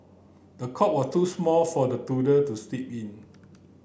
the cot was too small for the to sleep in